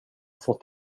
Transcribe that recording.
fått